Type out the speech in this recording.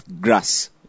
grass